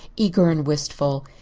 eager and wistful.